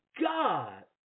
God